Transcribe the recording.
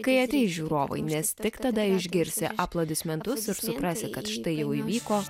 kai ateis žiūrovai nes tik tada išgirsi aplodismentus ir suprasi kad štai jau įvyko